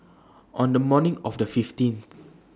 on The morning of The fifteenth